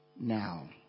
Now